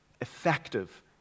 effective